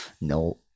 No